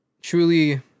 truly